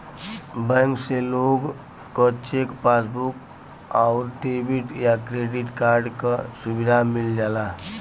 bank से लोग क चेक, पासबुक आउर डेबिट या क्रेडिट कार्ड क सुविधा मिल जाला